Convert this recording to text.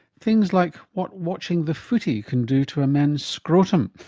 things like what watching the footy can do to a man's scrotum,